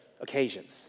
occasions